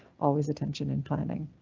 always attention in planning.